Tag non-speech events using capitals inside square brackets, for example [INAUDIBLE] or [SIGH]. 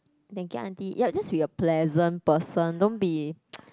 thank you auntie ya just be a pleasant person don't be [NOISE]